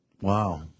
Wow